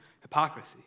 hypocrisy